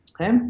okay